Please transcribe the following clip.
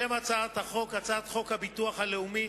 שם הצעת החוק: הצעת חוק הביטוח הלאומי